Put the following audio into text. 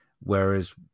whereas